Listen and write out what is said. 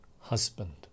husband